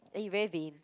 and you very vain